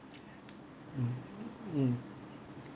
mm mm